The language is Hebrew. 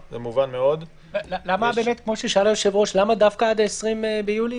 למה דווקא עד ה-20 ביולי?